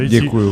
Děkuju.